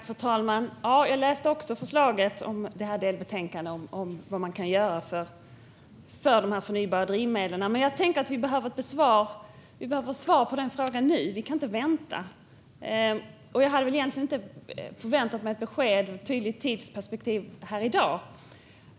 Fru talman! Jag har också läst förslaget i delbetänkandet om vad man kan göra för de förnybara drivmedlen. Men vi behöver få svar på denna fråga nu. Vi kan inte vänta. Jag hade väl inte väntat mig ett besked med ett tydligt tidsperspektiv här i dag.